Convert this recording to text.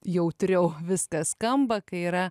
jautriau viskas skamba kai yra